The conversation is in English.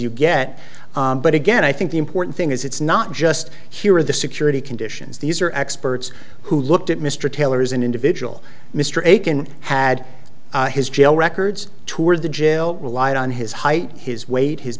you get but again i think the important thing is it's not just here at the security conditions these are experts who looked at mr taylor's an individual mr aiken had his jail records toured the jail relied on his height his weight his